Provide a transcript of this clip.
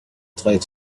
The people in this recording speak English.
tight